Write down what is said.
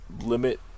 limit